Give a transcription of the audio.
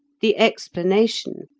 the explanation,